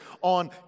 on